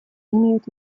имеют